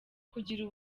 kugira